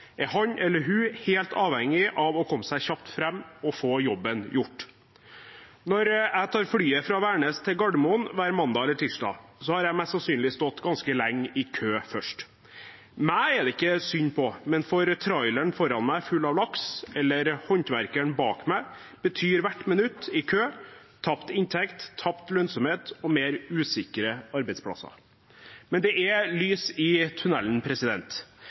er han eller hun helt avhengig av å komme seg kjapt fram og få jobben gjort. Når jeg tar flyet fra Værnes til Gardermoen hver mandag eller tirsdag, har jeg mest sannsynlig stått veldig lenge i kø først. Meg er det ikke synd på, men for traileren foran meg full av laks, eller for håndverkeren bak meg, betyr hvert minutt i kø tapt inntekt, tapt lønnsomhet og mer usikre arbeidsplasser. Men det er lys i